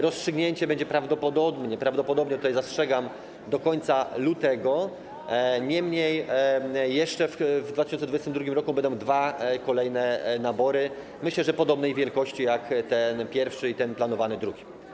Rozstrzygnięcie będzie prawdopodobnie - prawdopodobnie, tutaj zastrzegam - do końca lutego, niemniej jeszcze w 2022 r. będą dwa kolejne nabory, myślę, że podobnej wielkości jak ten pierwszy i ten planowany drugi.